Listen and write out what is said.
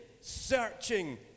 searching